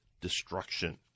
destruction